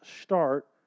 start